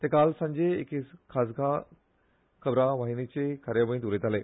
ते काल सांजे एका खाजगी खबरां वाहिनीचे कार्यावळींत उलयताले